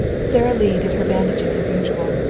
sara lee did her bandaging as usual,